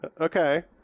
Okay